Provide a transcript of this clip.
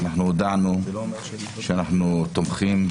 אנחנו הודענו שאנחנו תומכים,